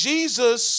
Jesus